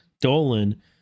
Dolan